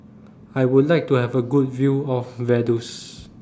I Would like to Have A Good View of Vaduz